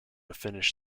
finish